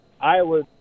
Iowa